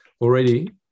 already